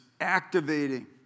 activating